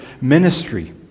ministry